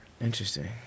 Interesting